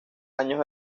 años